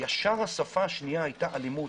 ישר השפה השנייה היתה אלימות.